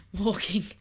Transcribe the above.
Walking